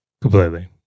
Completely